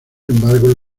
embargo